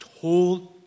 told